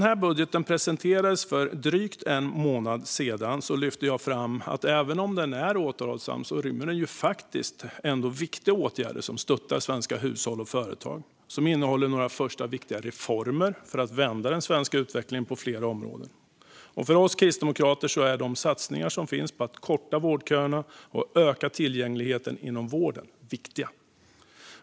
När budgeten presenterades för drygt en månad sedan lyfte jag fram att även om den är återhållsam rymmer den ändå viktiga åtgärder som stöttar svenska hushåll och företag. Den innehåller några första viktiga reformer för att vända den svenska utvecklingen på flera områden, och för oss kristdemokrater är satsningarna på att korta vårdköerna och öka tillgängligheten inom vården viktiga.